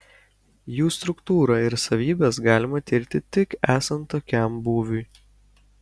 jų struktūrą ir savybes galima tirti tik esant tokiam būviui